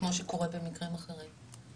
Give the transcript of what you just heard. כמו שקורה במקרים אחרים?